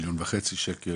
מיליון וחצי שקלים,